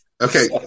okay